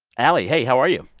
allie, hey. how are you?